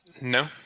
No